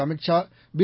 Amit Shah B